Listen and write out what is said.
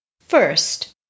First